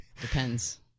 Depends